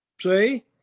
See